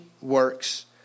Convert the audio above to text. works